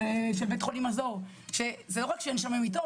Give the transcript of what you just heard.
של בית חולים מזור שזה לא רק שאין שם מיטות,